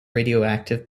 radioactive